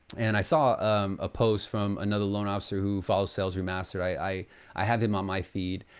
and i saw a post from another loan officer who follows sales remastered, i i have him on my feed.